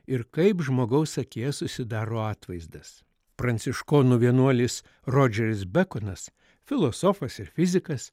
ir kaip žmogaus akyje susidaro atvaizdas pranciškonų vienuolis rodžeris bekonas filosofas ir fizikas